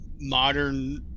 modern